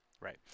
right